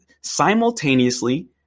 simultaneously